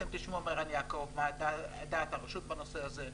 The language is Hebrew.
אתם תשמעו מערן יעקב מה דעת הרשות בנושא הזה.